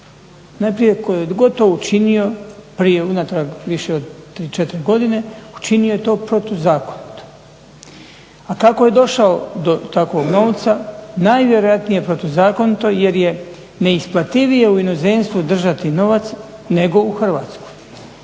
… tko je god to učinio prije unatrag više od 3, 4 godine, učinio je to protuzakonito. A kako je došao do takvog novca? Najvjerojatnije protuzakonito jer je neisplativije u inozemstvu držati novac nego u Hrvatskoj,